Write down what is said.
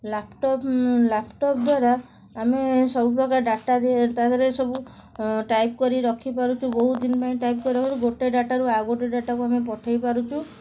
laptop ଲ୍ୟାପଟପ୍ରେ ଦ୍ଵାରା ଆମେ ସବୁପ୍ରକାର ଡାଟା ତା'ଦେହରେ ସବୁ ଟାଇପ୍ କରି ରଖିପାରୁଛୁ ବହୁତ ଦିନ ପାଇଁ ଟାଇପ୍ କରି ରଖି ଗୋଟେ ଡାଟାରୁ ଆଉ ଗୋଟେ ଡାଟାକୁ ଆମେ ପଠାଇପାରୁଛୁ